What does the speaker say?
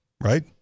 Right